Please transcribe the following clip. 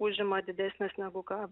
užima didesnes negu ka